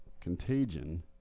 Contagion